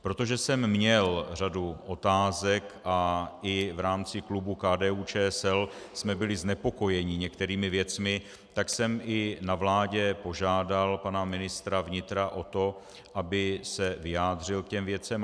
Protože jsem měl řadu otázek a i v rámci klubu KDUČSL jsme byli znepokojeni některými věcmi, tak jsem i na vládě požádal pana ministra vnitra o to, aby se vyjádřil k těm věcem.